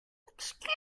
excuse